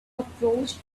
approached